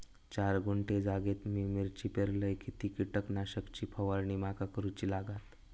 चार गुंठे जागेत मी मिरची पेरलय किती कीटक नाशक ची फवारणी माका करूची लागात?